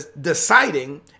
deciding